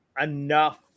enough